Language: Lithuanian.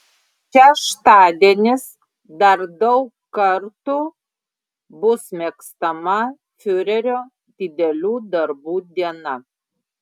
šeštadienis dar daug kartų bus mėgstama fiurerio didelių darbų diena